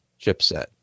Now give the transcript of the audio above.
chipset